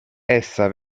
essa